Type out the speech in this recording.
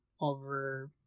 over